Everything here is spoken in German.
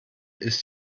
ist